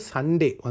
Sunday